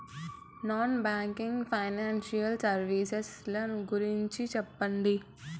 Non banking financial services ల గురించి సెప్పండి?